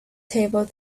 table